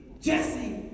Jesse